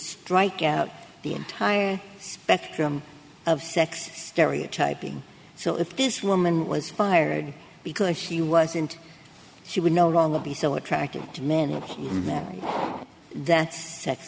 strike out the entire spectrum of sex stereotyping so if this woman was fired because she wasn't she would no longer be so attractive to men in that that's se